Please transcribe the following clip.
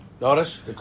Notice